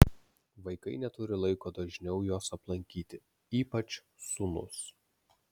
vaikai neturi laiko dažniau jos aplankyti ypač sūnus